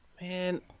Man